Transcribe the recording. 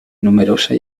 numerosa